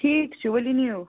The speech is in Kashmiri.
ٹھیٖک چھُ ؤلِو نِیُو